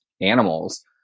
animals